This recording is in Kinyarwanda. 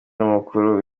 n’umukuru